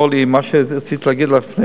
אורלי, מה שרציתי להגיד לך: